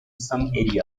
some